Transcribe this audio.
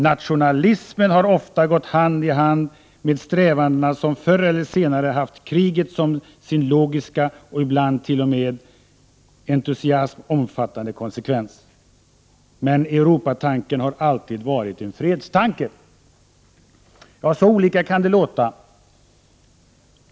Nationalismen har ofta gått hand i hand med de strävanden som förr eller senare haft kriget som sin logiska och ibland t.o.m. med entusiasm omfattade konsekvens, men Europatanken har alltid varit en fredstanke.” Ja, så olika kan det låta!